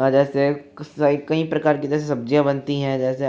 जैसे कई प्रकार की जैसे सब्जियां बनती है जैसे